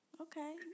Okay